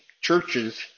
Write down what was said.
churches